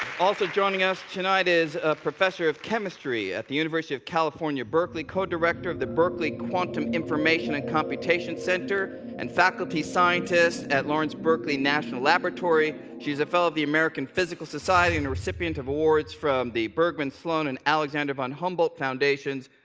also joining us tonight is a professor of chemistry at the university of california, berkeley, co-director of the berkeley quantum information and computation center and faculty scientist at the lawrence berkeley national laboratory. she's a fellow of the american physical society and recipient of awards from the bergmann, sloan, and alexander von humboldt foundations.